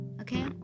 Okay